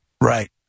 Right